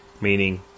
meaning